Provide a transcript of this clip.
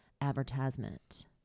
advertisement